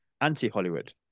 anti-Hollywood